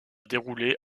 dérouler